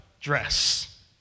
dress